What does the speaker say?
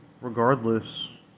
regardless